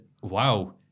wow